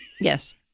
Yes